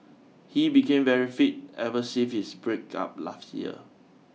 he became very fit ever since his breakup last year